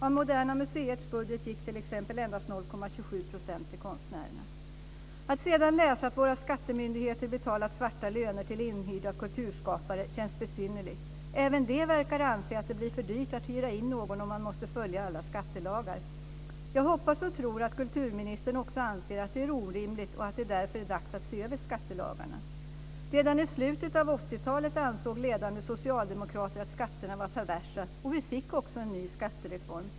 Av Moderna museets budget gick t.ex. Att sedan läsa att våra skattemyndigheter betalat svarta löner till inhyrda kulturskapare känns besynnerligt. Även de verkar anse att det blir för dyrt att hyra in någon om man måste följa alla skattelagar. Jag hoppas och tror att kulturministern också anser att det är orimligt och att det därför är dags att se över skattelagarna. Redan i slutet av 80-talet ansåg ledande socialdemokrater att skatterna var perversa, och vi fick också en ny skattereform.